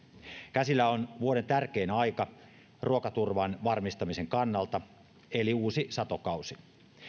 käsillä on vuoden tärkein aika ruokaturvan varmistamisen kannalta eli uusi satokausi